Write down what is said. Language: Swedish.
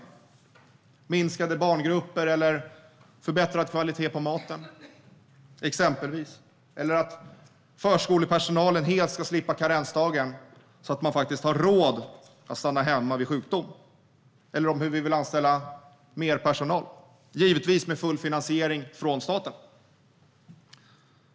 Det handlar exempelvis om minskade barngrupper, förbättrad kvalitet på maten och att förskolepersonalen helt ska slippa karensdagen så att man faktiskt har råd att stanna hemma vid sjukdom. Jag hade velat prata om hur vi vill anställa mer personal, givetvis med full finansiering från staten.